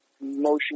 motion